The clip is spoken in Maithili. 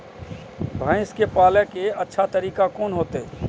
भैंस के पाले के अच्छा तरीका कोन होते?